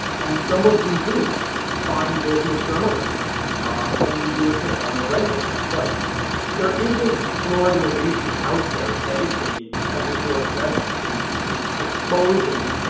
and some of them do find business journalism and some of them do it you know on the regular, but there isn't an organization out there dedicated twenty four seven to exposing